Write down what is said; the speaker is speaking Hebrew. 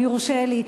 אם יורשה לי,